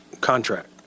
contract